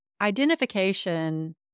identification